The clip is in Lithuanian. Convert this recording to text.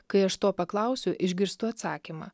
kai aš to paklausiu išgirstu atsakymą